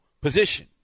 position